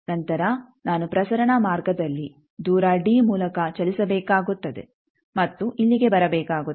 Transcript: ನಂತರ ನಾನು ಪ್ರಸರಣ ಮಾರ್ಗದಲ್ಲಿ ದೂರ ಡಿ ಮೂಲಕ ಚಲಿಸಬೇಕಾಗುತ್ತದೆ ಮತ್ತು ಇಲ್ಲಿಗೆ ಬರಬೇಕಾಗುತ್ತದೆ